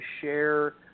share